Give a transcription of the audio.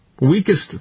Weakest